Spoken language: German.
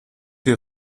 die